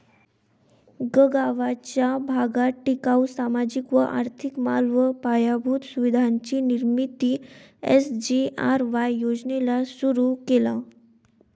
गगावाचा भागात टिकाऊ, सामाजिक व आर्थिक माल व पायाभूत सुविधांची निर्मिती एस.जी.आर.वाय योजनेला सुरु केला